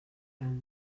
camp